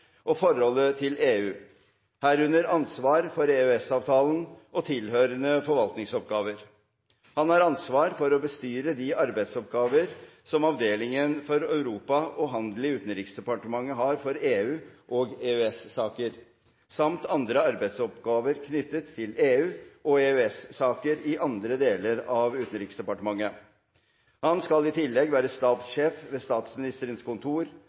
og forholdet til EU, herunder ansvar for EØS-avtalen og tilhørende forvaltningsoppgaver. Han har ansvar for å bestyre de arbeidsoppgaver som Avdeling for Europa og handel i Utenriksdepartementet har for EU- og EØS-saker, samt andre arbeidsoppgaver knyttet til EU- og EØS-saker i andre deler av Utenriksdepartementet. Han skal i tillegg være stabssjef ved Statsministerens kontor